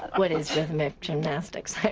what is it gymnastics,